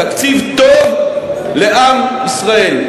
תקציב טוב לעם ישראל.